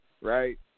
right